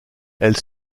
elle